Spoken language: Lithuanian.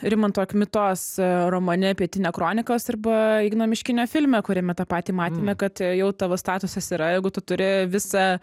rimanto kmitos romane pietinia kronikos arba igno miškinio filme kuriame tą patį matėme kad jau tavo statusas yra jeigu tu turi visą